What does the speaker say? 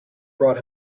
brought